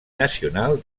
nacional